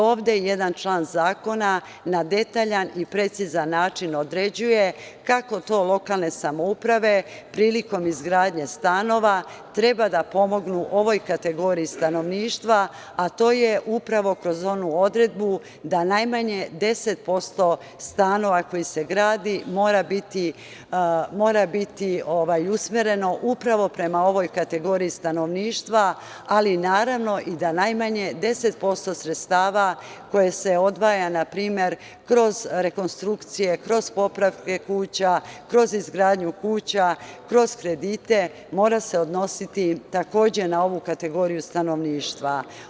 Ovde jedan član zakona na detaljan i precizan način određuje kako to lokalne samouprave prilikom izgradnje stanova treba da pomognu ovoj kategoriji stanovništva, a to je upravo kroz onu odredbu da najmanje 10% stanova koji se grade mora biti usmereno upravo prema ovoj kategoriji stanovništva, ali naravno i da najmanje 10% sredstava koja se odvajaju, na primer, kroz rekonstrukcije, kroz popravke kuća, kroz izgradnju kuća, kroz kredite, mora se odnositi takođe na ovu kategoriju stanovništva.